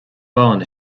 bán